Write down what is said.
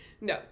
No